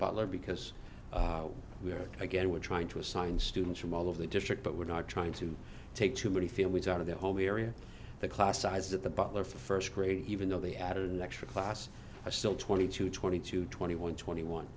butler because we're again we're trying to assign students from all of the district but we're not trying to take too many families out of their home area the class size that the butler first grade even though they added an extra class a still twenty two twenty two twenty one twenty one